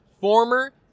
former